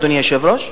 אדוני היושב-ראש?